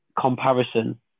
comparison